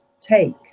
take